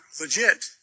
legit